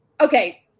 okay